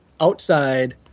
outside